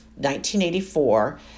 1984